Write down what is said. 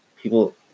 people